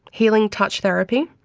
healing touch therapy,